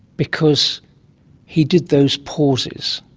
because he did those pauses,